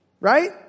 right